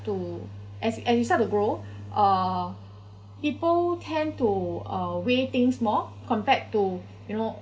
to as as you start to grow uh people tend to uh weigh things more compared to you know